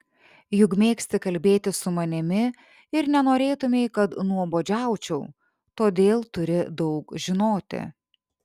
juk mėgsti kalbėti su manimi ir nenorėtumei kad nuobodžiaučiau todėl turi daug žinoti